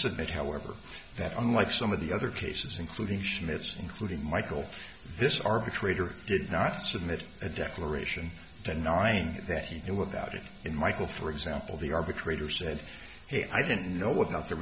submit however that unlike some of the other cases including schmidt's including michael this arbitrator did not submit a declaration to knowing that he without it in michael for example the arbitrator said hey i didn't know what not the